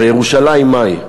הרי ירושלים, מהי?